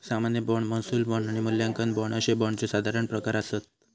सामान्य बाँड, महसूल बाँड आणि मूल्यांकन बाँड अशे बाँडचे साधारण प्रकार आसत